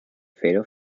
fatal